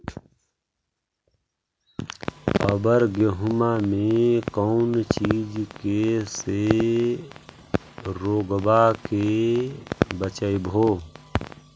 अबर गेहुमा मे कौन चीज के से रोग्बा के बचयभो?